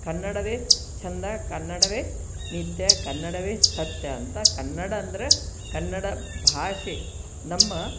ಕನ್ನಡವೇ ಚೆಂದ ಕನ್ನಡವೇ ನಿತ್ಯ ಕನ್ನಡವೇ ಸತ್ಯ ಅಂತ ಕನ್ನಡ ಅಂದರೆ ಕನ್ನಡ ಭಾಷೆ ನಮ್ಮ